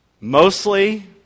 mostly